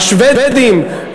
השבדים,